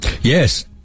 Yes